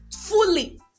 fully